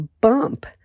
Bump